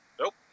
Nope